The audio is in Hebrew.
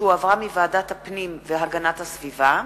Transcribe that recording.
שהחזירה ועדת הפנים והגנת הסביבה,